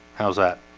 how's that?